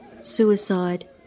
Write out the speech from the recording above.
suicide